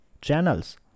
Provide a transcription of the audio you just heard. channels